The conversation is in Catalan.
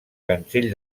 cancell